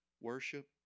worship